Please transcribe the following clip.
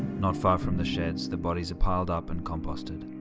not far from the sheds, the bodies are piled up and composted.